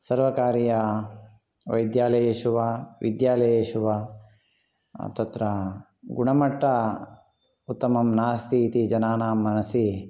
सर्वकारीयवैद्यालयेषु वा विद्यालयेषु वा तत्र गुणमट्ट उत्तमं नास्ति इति जनानां मनसि